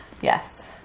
Yes